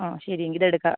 ആ ശരി എങ്കിൽ ഇത് എടുക്കാം